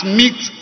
meet